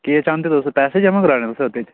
केह् चांह्दे तुस पैसे जमां कराने तुसें ओह्दे च